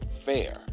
fair